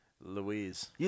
Louise